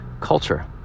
culture